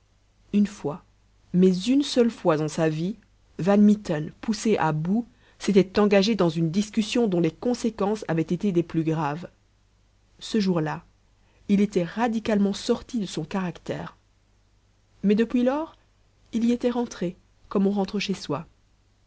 une fois mais une seule fois en sa vie van mitten poussé à bout s'était engagé dans une discussion dont les conséquences avaient été des plus graves ce jour-là il était radicalement sorti de son caractère mais depuis lors il y était rentré comme on rentre chez soi